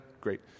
Great